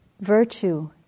Virtue